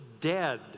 dead